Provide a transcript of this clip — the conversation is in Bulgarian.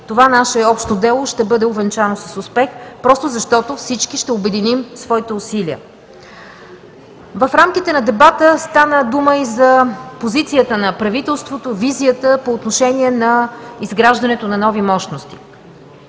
това наше общо дело ще бъде увенчано с успех, просто защото всички ще обединим своите усилия. В рамките на дебата стана дума и за позицията на правителството, визията по отношение на изграждането на нови мощности.